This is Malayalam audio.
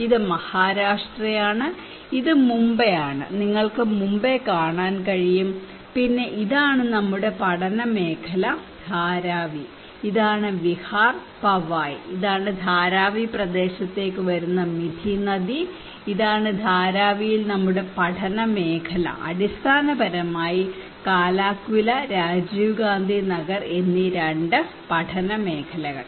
ഇത് മഹാരാഷ്ട്രയാണ് ഇത് മുംബൈയാണ് നിങ്ങൾക്ക് മുംബൈ കാണാൻ കഴിയും പിന്നെ ഇതാണ് നമ്മുടെ പഠന മേഖല ധാരാവി ഇതാണ് വിഹാർ പവായ് ഇതാണ് ധാരാവി പ്രദേശത്തേക്ക് വരുന്ന മിഥി നദി ഇതാണ് ധാരാവിയിൽ നമ്മുടെ പഠന മേഖല അടിസ്ഥാനപരമായി കാലാക്വില രാജീവ് ഗാന്ധി നഗർ എന്നീ രണ്ട് പഠന മേഖലകൾ